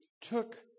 took